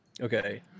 Okay